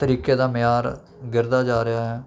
ਤਰੀਕੇ ਦਾ ਮਿਆਰ ਗਿਰਦਾ ਜਾ ਰਿਹਾ ਹੈ